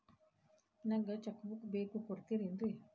ನಂಗ cheque book ಬೇಕು ಕೊಡ್ತಿರೇನ್ರಿ?